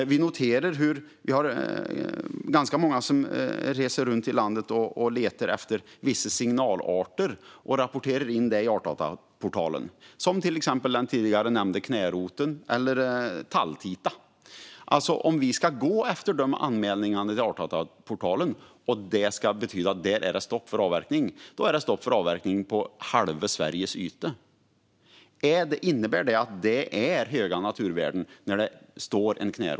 Det är ganska många som reser runt i landet, letar efter vissa signalarter och rapporterar in dem i Artportalen. Det gäller till exempel den tidigare nämnda knäroten, och talltitan. Om man ska gå efter anmälningarna till Artportalen - de ska betyda stopp för avverkning - är det stopp för avverkning på halva Sveriges yta. När det står en knärot någonstans - innebär det att det finns höga naturvärden?